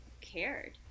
cared